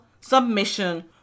submission